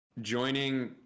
joining